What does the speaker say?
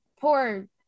poor